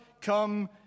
come